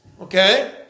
Okay